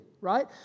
right